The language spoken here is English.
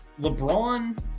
LeBron